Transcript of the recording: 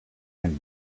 and